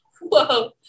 whoa